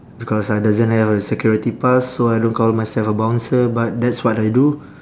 because I doesn't have a security pass so I don't call myself a bouncer but that's what I do